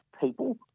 people